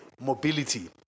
mobility